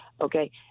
Okay